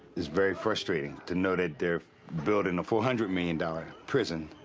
it's very frustrating to know that they're building a four hundred million dollars prison